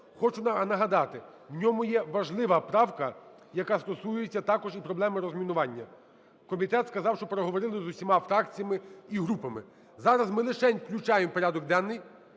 Хочу нагадати, в ньому є важлива правка, яка стосується також і проблеми розмінування. Комітет сказав, що переговорили з усіма фракціями і групами. Зараз ми лишень включаємо в порядок денний